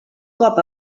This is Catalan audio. cop